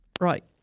Right